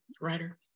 writer